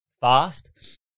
fast